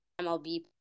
MLB